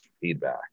feedback